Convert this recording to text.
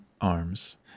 arms